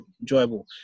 enjoyable